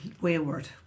wayward